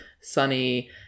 sunny